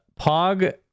Pog